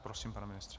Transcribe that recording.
Prosím, pane ministře.